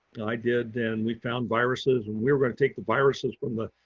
i did, then we found viruses and we're going to take the viruses, when the